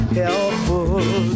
helpful